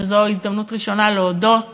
וזאת הזדמנות ראשונה להודות